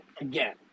again